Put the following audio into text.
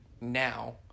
now